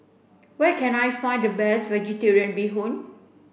where can I find the best vegetarian bee hoon